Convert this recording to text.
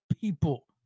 people